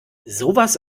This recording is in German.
sowas